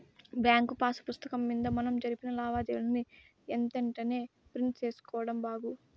bank pass పుస్తకం మింద మనం జరిపిన లావాదేవీలని ఎంతెంటనే ప్రింట్ సేసుకోడం బాగు